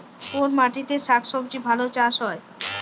কোন মাটিতে শাকসবজী ভালো চাষ হয়?